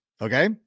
Okay